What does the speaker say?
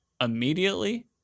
immediately